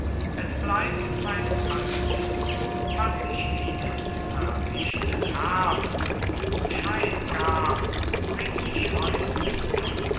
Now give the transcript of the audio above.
es bleibt beim alten was ich ihnen verwichenen herbst zum bescheid gab bring ich heut wieder